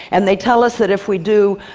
and they tell us that if we do